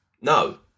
No